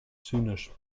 zynisch